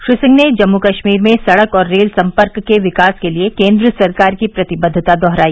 श्री सिंह ने जम्मू कश्मीर में सड़क और रेल संपर्क के विकास के लिए केन्द्र सरकार की प्रतिबद्वता दोहराई